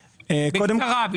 בקצרה.